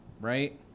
right